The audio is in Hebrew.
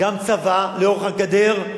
גם צבא לאורך הגדר,